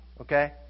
okay